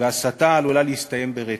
והסתה עלולה להסתיים ברצח.